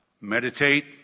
meditate